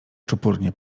czupurnie